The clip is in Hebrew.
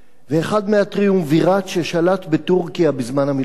ואחד מהטריאומווירט ששלט בטורקיה בזמן המלחמה.